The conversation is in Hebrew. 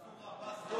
מנסור עבאס לא ייתן לך,